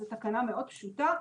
זו תקנה מאוד פשוטה,